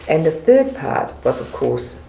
and the third part was of course,